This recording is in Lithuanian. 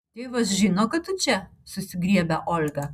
tėvas žino kad tu čia susigriebia olga